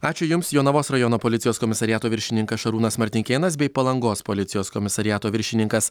ačiū jums jonavos rajono policijos komisariato viršininkas šarūnas martinkėnas bei palangos policijos komisariato viršininkas